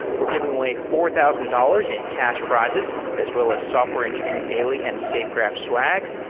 we're giving away four thousand dollars in cash prizes as well as software engineering daily and safegraph swag.